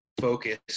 focus